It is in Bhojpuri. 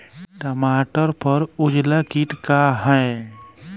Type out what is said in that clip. टमाटर पर उजला किट का है?